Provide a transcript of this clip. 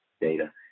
data